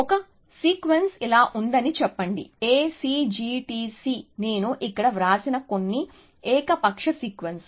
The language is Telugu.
ఒక సీక్వెన్స్ ఇలా ఉందని చెప్పండి ACGTC నేను ఇక్కడ వ్రాసిన కొన్ని ఏకపక్ష సీక్వెన్స్